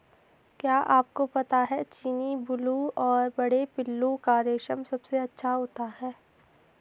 क्या आपको पता है चीनी, बूलू और बड़े पिल्लू का रेशम सबसे अच्छा होता है?